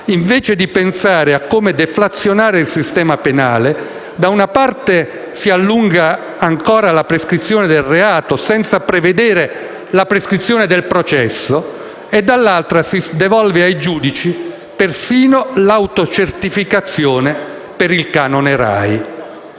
invece di pensare a come deflazionare il sistema penale, da una parte si allunga ancora la prescrizione del reato senza prevedere la prescrizione del processo, e dall'altra si devolve ai giudici perfino l'autocertificazione per il canone RAI.